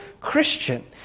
Christian